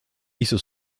hizo